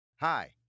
Hi